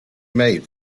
made